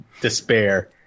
despair